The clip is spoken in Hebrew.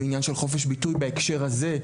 ועניין של חופש ביטוי בהקשר הזה.